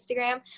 Instagram